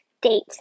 date